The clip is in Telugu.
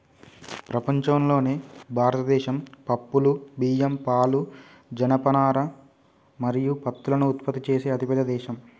ప్రపంచంలోనే భారతదేశం పప్పులు, బియ్యం, పాలు, జనపనార మరియు పత్తులను ఉత్పత్తి చేసే అతిపెద్ద దేశం